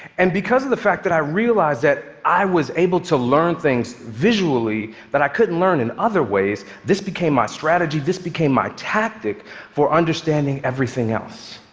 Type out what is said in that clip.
and because of the fact that i realized that i was able to learn things visually that i couldn't learn in other ways, this became my strategy, this became my tactic for understanding everything else.